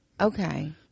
Okay